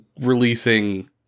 releasing